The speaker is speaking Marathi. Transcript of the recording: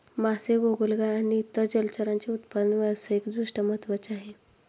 मासे, गोगलगाय आणि इतर जलचरांचे उत्पादन व्यावसायिक दृष्ट्या महत्त्वाचे आहे